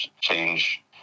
change